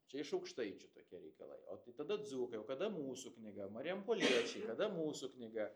čia iš aukštaičių tokie reikalai o tai tada dzūkai o kada mūsų knyga marijampoliečiai kada mūsų knyga